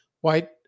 white